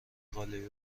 قالی